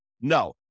no